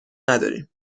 نداریم